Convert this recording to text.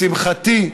לשמחתי,